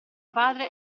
padre